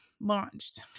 launched